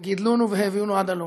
שגידלונו והביאונו עד הלום.